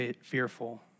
fearful